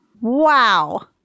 Wow